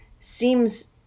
seems